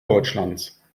deutschlands